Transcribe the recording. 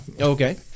Okay